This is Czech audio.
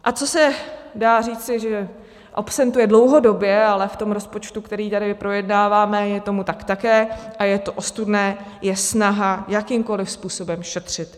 A co se dá říci, že absentuje dlouhodobě, ale v tom rozpočtu, který tady projednáváme, je tomu tak také a je to ostudné, je snaha jakýmkoliv způsobem šetřit.